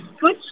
good